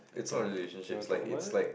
you want you want talk about it